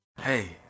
Hey